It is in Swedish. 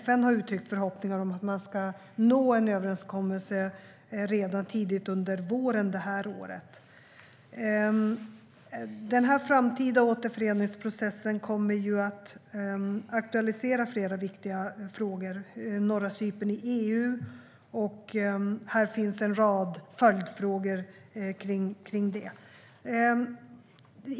FN har uttryckt förhoppningar om att man ska nå en överenskommelse redan tidigt under våren det här året. Den framtida återföreningsprocessen kommer att aktualisera flera viktiga frågor som norra Cypern i EU. Här finns en rad följdfrågor kring det.